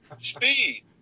Speed